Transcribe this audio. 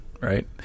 right